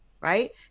right